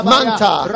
Manta